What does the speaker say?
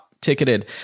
ticketed